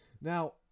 Now